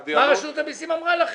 מה רשות המיסים אמרה לכם.